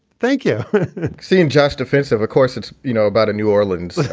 thank you see, and just offensive, of course, it's you know, about a new orleans